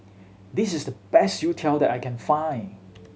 this is the best youtiao that I can find